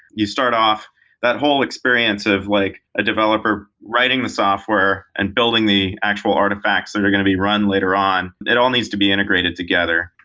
you start off that whole experience of like a developer writing the software and building the actual artifacts that are going to be run later on, it all needs to be integrated together.